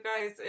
guys